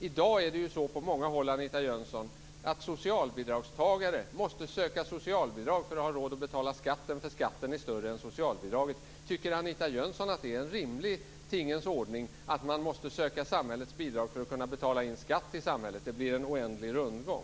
I dag är det på många håll så, Anita Jönsson, att socialbidragstagare måste söka socialbidrag för att ha råd att betala skatten därför att skatten är större än socialbidraget. Tycker Anita Jönsson att det är en rimlig tingens ordning att man måste söka samhällets bidrag för att kunna betala in skatt till samhället? Det blir ju en oändlig rundgång.